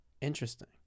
Interesting